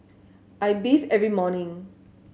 I bathe every morning